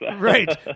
Right